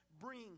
bring